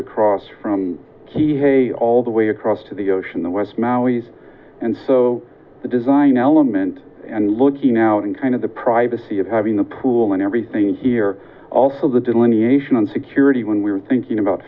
across from the hey all the way across to the ocean the west maoris and so the design element and looking out and kind of the privacy of having the pool and everything here also the delineation and security when we're thinking about